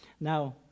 Now